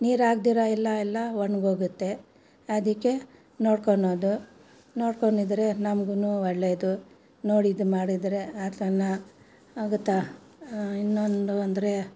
ನೀರು ಹಾಕ್ದಿರ ಎಲ್ಲ ಎಲ್ಲ ಒಣಗೋಗತ್ತೆ ಅದಕ್ಕೆ ನೋಡ್ಕೊಳ್ಳೋದು ನೋಡ್ಕೊಂಡಿದ್ದರೆ ನಮಗೂ ಒಳ್ಳೇದು ನೋಡಿದ್ದು ಮಾಡಿದರೆ ಆಗುತ್ತಾ ಇನ್ನೊಂದು ಅಂದರೆ